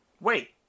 Wait